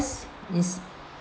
is